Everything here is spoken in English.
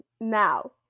now